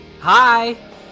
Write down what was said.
Hi